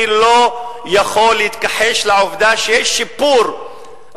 אני לא יכול להתכחש לעובדה שיש שיפור,